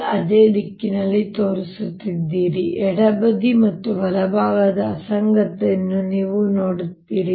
dl ಅದೇ ದಿಕ್ಕಿನಲ್ಲಿ ತೋರಿಸುತ್ತಿದ್ದೀರಿ ಎಡಬದಿ ಮತ್ತು ಬಲಭಾಗದ ಅಸಂಗತತೆಯನ್ನು ನೀವು ನೋಡುತ್ತೀರಿ